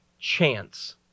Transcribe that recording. chance